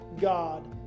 God